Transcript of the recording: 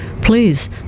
Please